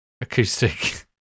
acoustic